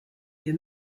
wir